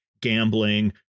gambling